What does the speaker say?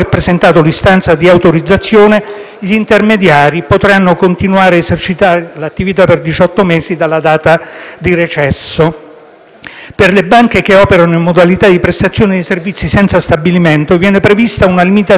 gli intermediari potranno continuare a esercitare l'attività per diciotto mesi dalla data di recesso. Per le banche che operano in modalità di prestazione di servizi senza stabilimento viene prevista una limitazione alla raccolta del risparmio